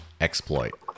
exploit